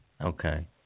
Okay